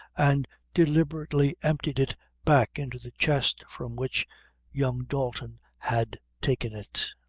and deliberately emptied it back into the chest from which young dalton had taken it.